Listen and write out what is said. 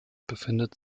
befindet